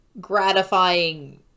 gratifying